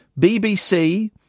BBC